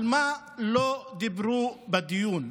על מה לא דיברו בדיון?